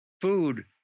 food